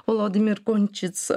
volodymyr končyca